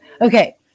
Okay